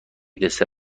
دسر